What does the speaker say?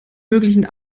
möglichen